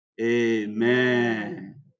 Amen